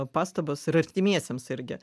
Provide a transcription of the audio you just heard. pastabas ir artimiesiems irgi